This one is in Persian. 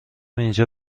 اینجا